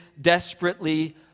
desperately